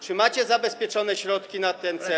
Czy macie zabezpieczone środki na ten cel?